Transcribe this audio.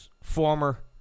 former